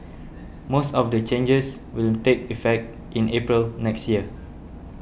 most of the changes will take effect in April next year